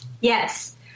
Yes